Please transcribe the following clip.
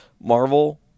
Marvel